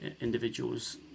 individuals